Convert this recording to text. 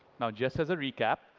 now, just as a recap,